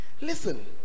listen